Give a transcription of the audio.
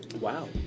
Wow